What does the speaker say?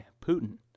Putin